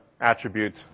attribute